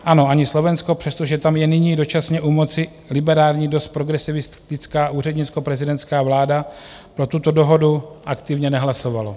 Ano, ani Slovensko, přestože tam je nyní dočasně u moci liberální, dost progresivistická úřednickoprezidentská vláda, pro tuto dohodu aktivně nehlasovalo.